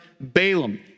Balaam